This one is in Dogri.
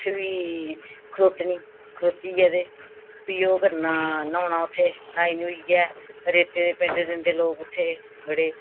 उत्थे बी खरोतनी खरोतियै ते फ्ही ओह् करना न्हौना उत्थें न्हाई नुईयै रेते दे पिंड दिंदे लोक उत्थें बड़े